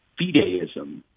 fideism